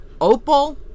opal